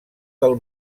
del